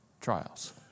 trials